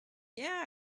yeah